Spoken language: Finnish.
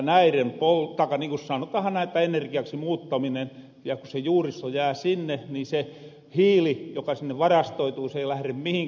kun se juuristo jää sinne niin se hiili joka sinne varastoituu ei lähre mihinkään sieltä toisaalta